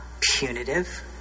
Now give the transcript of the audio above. punitive